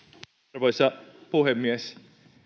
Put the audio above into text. arvoisa puhemies